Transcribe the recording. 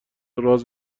راز